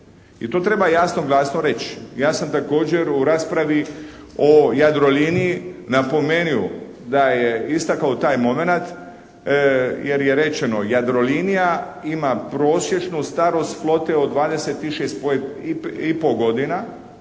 I to treba jasno, glasno reći. Ja sam također u raspravi o "Jadroliniji" napomenuo da je istakao taj momenat jer je rečeno "Jadrolinija" ima prosječnu starost flote od 26, 26 i